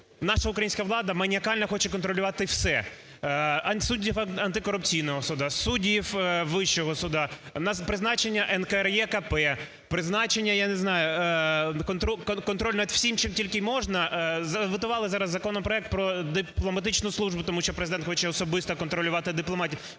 наша українська владаманіакально хоче контролювати все: суддів антикорупційного суду, суддів Вищого суду, на призначення НКРЕКП, призначення, я не знаю, контроль над всім, чим тільки можна. Готували зараз законопроект про дипломатичну службу, тому що Президент хоче особисто контролювати дипломатів,